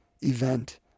event